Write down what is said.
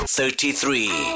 thirty-three